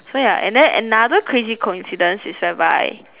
so ya and then another crazy coincidence is whereby